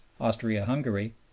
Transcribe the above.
Austria-Hungary